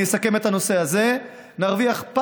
אני אסכם את הנושא הזה: נרוויח,